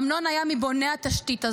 אמנון היה מבוני התשתית הזאת,